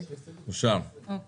הצבעה אושר אושר.